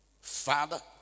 Father